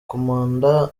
komanda